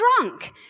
drunk